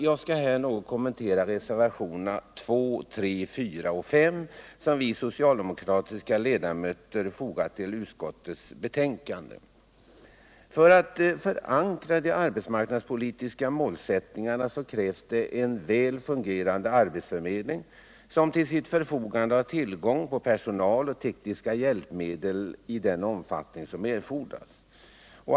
Jag skall här något kommentera reservationerna 2, 3, 4 och 5, som vi socialdemokratiska ledamöter fogat vid utskottets betänkande. För att förankra de arbetsmarknadspolitiska målsättningarna krävs en väl fungerande arbetsförmedling, som till sitt förfogande har personal och tekniska hjälpmedel i den omfattning som erfordras.